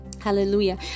Hallelujah